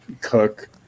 Cook